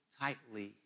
tightly